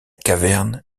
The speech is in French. caverne